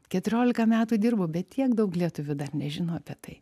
keturiolika metų dirbu bet tiek daug lietuvių dar nežino apie tai